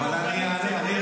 דקה, אבל אני אענה על זה.